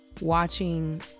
watching